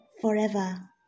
forever